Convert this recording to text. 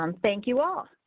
um thank you. all.